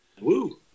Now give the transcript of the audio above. Woo